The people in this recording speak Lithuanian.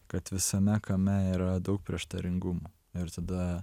kad visame kame yra daug prieštaringumų ir tada